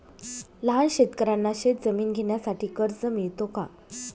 लहान शेतकऱ्यांना शेतजमीन घेण्यासाठी कर्ज मिळतो का?